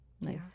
Nice